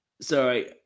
Sorry